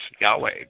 Yahweh